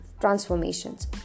transformations